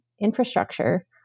infrastructure